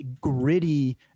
gritty